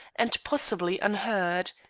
and possibly unheard.